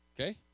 Okay